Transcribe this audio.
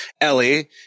Ellie